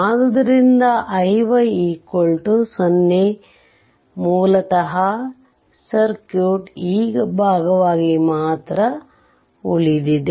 ಆದ್ದರಿಂದ ಇದು iy 0 ಮೂಲತಃ ಸರ್ಕ್ಯೂಟ್ ಈ ಭಾಗವಾಗಿ ಮಾತ್ರ ಉಳಿದಿದೆ